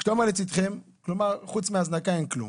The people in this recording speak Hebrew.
כשאתה אומר לצידכם - כלומר, חוץ מהזנקה אין כלום.